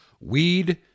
Weed